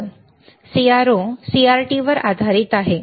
CRO CRT वर आधारित आहे